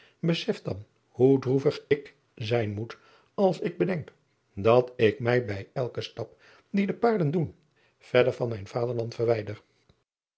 besef dan hoe droevig ik zijn moet als ik bedenk dat ik mij bij elken stap dien de paarden doen verder van mijn vaderland verwijder